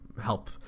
help